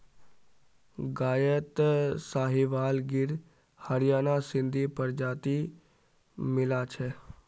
गायत साहीवाल गिर हरियाणा सिंधी प्रजाति मिला छ